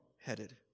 headed